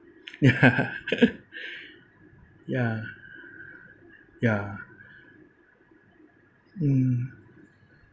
ya ya mm